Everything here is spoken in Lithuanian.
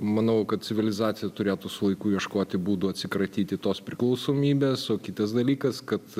manau kad civilizacija turėtų su laiku ieškoti būdų atsikratyti tos priklausomybės o kitas dalykas kad